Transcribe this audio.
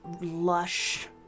lush